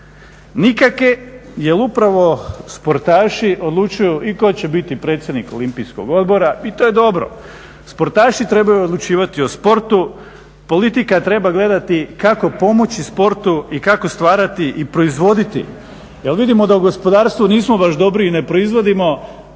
nikakve. Jer upravo sportaši odlučuju i tko će biti predsjednik Olimpijskog odbora, i to je dobro. Sportaši trebaju odlučivati o sportu, politika treba gledati kako pomoći sportu i kako stvarati i proizvoditi jer vidimo da u gospodarstvu nismo baš dobri i ne proizvodimo.